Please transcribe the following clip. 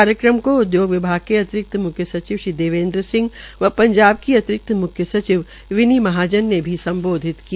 कार्यक्रम को उद्योग विभाग के अतिरिक्त मुख्य सचिव श्री देवेन्द्र सिंह व पंजाब की अतिरिक्त म्ख्य सचिव विनी महाजन ने सम्बोधित किया